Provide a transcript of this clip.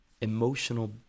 emotional